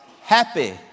happy